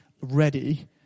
ready